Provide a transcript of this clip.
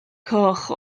coch